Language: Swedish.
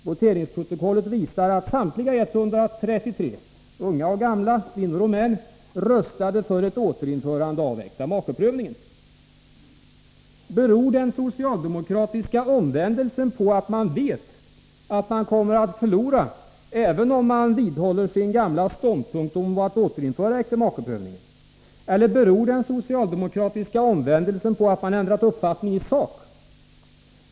Voteringsprotokollet visar att samtliga 133, unga och gamla, kvinnor och män, röstade för ett återinförande av äktamakeprövningen. Beror den socialdemokratiska omvändelsen på att man vet att man kommer att förlora, även om man vidhåller sin gamla ståndpunkt om att återinföra äktamakeprövningen? Eller beror den socialdemokratiska omvändelsen på att man ändrat uppfattning i sak?